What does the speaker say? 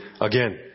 again